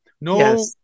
No